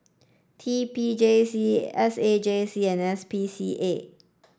T P J C S A J C and S P C A